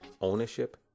ownership